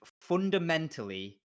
fundamentally